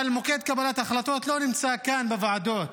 אבל מוקד קבלת ההחלטות לא נמצא כאן בוועדות,